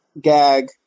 gag